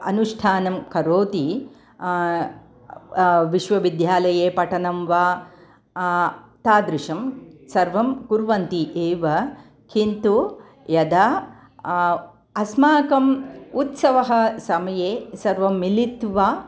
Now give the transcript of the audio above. अनुष्ठानं करोति विश्वविद्यालये पठनं वा तादृशं सर्वं कुर्वन्ति एव किन्तु यदा अस्माकम् उत्सवः समये सर्वं मिलित्वा